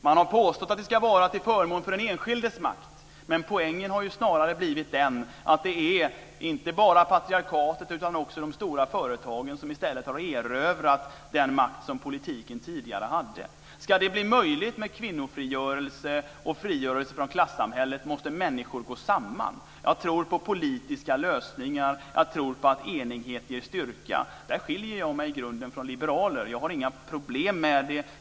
Man har påstått att det ska vara till förmån för den enskildes makt, men poängen har snarare blivit den att det inte bara är patriarkatet utan också de stora företagen som i stället har erövrat den makt som politiken tidigare hade. Om det ska bli möjligt med kvinnofrigörelse och frigörelse från klassamhället måste människor gå samman. Jag tror på politiska lösningar. Jag tror på att enighet ger styrka. Där skiljer jag mig i grunden från liberaler. Jag har inga problem med det.